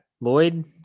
Lloyd